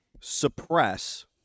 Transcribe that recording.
suppress